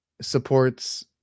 supports